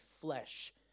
flesh